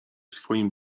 swoim